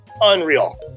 unreal